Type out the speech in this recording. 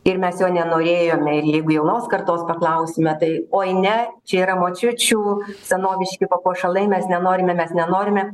ir mes jo nenorėjome ir jeigu jaunos kartos paklausime oi ne čia yra močiučių senoviški papuošalai mes nenorime mes nenorime